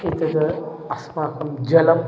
एतत् अस्माकं जलम्